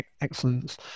Excellence